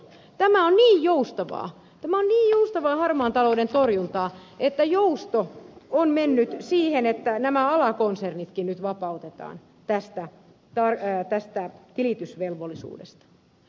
tämä on niin joustavaa tämä on niin joustavaa harmaan talouden torjuntaa että jousto on mennyt siihen että nämä alakonsernitkin nyt vapautetaan tästä tilitysvelvollisuudesta